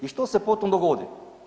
I što se potom dogodi?